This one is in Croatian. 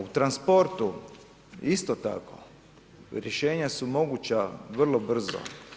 U transportu isto tako, rješenja su moguća vrlo brzo.